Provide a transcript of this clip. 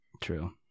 True